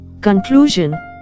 Conclusion